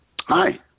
Hi